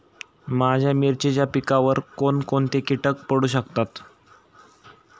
माझ्या मिरचीच्या पिकावर कोण कोणते कीटक पडू शकतात?